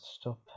stop